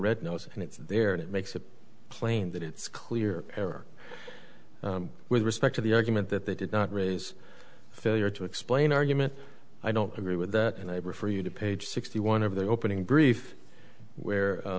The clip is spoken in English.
it's there it makes it plain that it's clear air with respect to the argument that they did not raise failure to explain argument i don't agree with that and i refer you to page sixty one of the opening brief where